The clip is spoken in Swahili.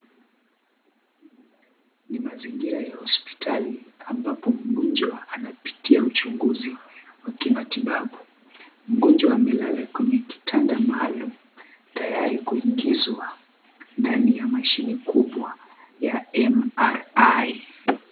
Ni mazingira ya hospitali ambapo mgonjwa anapitia uchunguzi wa kimatibabu, mgonjwa amelala kwenye kitanda maalum tayari kuingizwa ndani ya mashine kubwa ya MRI.